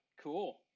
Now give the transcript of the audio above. cool